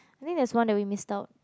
I think there's one that we missed out